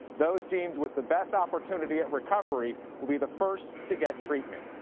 those deemed with the best opportunity at recovery will be the first to get treatment.